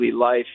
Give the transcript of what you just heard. life